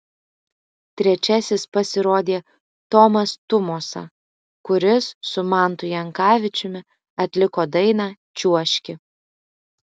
trečiasis pasirodė tomas tumosa kuris su mantu jankavičiumi atliko dainą čiuožki